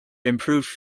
improved